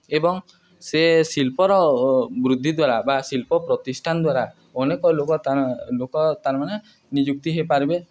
ଏବଂ ସେ ଶିଳ୍ପର ବୃଦ୍ଧି ଦ୍ୱାରା ବା ଶିଳ୍ପ ପ୍ରତିଷ୍ଠାନ୍ ଦ୍ୱାରା ଅନେକ ଲୋକ ଲୋକ ତାର୍ମାନେ ନିଯୁକ୍ତି ହେଇପାର୍ବେ